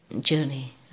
journey